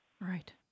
Right